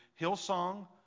Hillsong